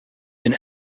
been